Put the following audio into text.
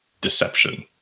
deception